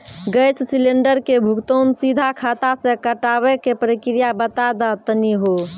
Gas cylinder के भुगतान सीधा खाता से कटावे के प्रक्रिया बता दा तनी हो?